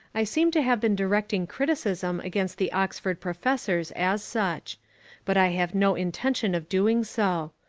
i seem to have been directing criticism against the oxford professors as such but i have no intention of doing so.